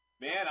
Man